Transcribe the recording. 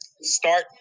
start